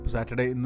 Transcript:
Saturday